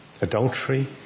adultery